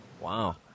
Wow